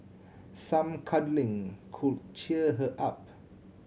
some cuddling could cheer her up